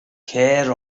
cer